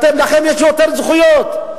לכם יש יותר זכויות,